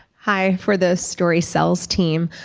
hi, for the story sells team.